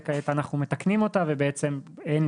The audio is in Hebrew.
וכעת אנחנו מתקנים אותה ובעצם אין